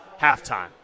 halftime